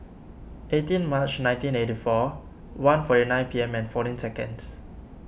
eighteen March nineteen eighty four one forty nine P M and fourteen seconds